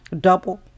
double